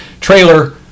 trailer